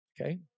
Okay